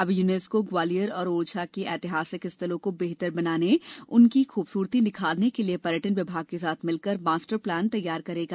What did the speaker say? अब यूनेस्को ग्वालियर और ओरछा के ऐतिहासिक स्थलों को बेहतर बनाने और उसकी खूबसूरती निखारने के लिए पर्यटन विभाग के साथ मिलकर मास्टर प्लान तैयार करेगा